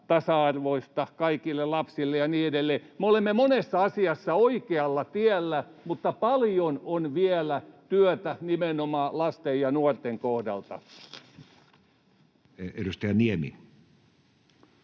tasa-arvosta kaikille lapsille ja niin edelleen. Me olemme monessa asiassa oikealla tiellä, mutta paljon on vielä työtä nimenomaan lasten ja nuorten kohdalla. [Speech